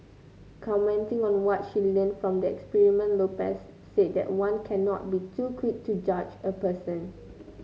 commenting on what she learnt from the experiment Lopez said that one cannot be too quick to judge a person